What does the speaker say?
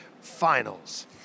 finals